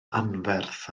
anferth